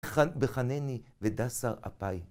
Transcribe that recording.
וחנני ודע שרעפיי.